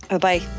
Bye